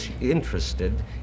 interested